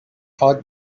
thought